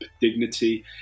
dignity